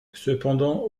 cependant